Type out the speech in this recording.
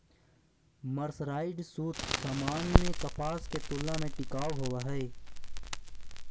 mercerised सूत सामान्य कपास के तुलना में टिकाऊ होवऽ हई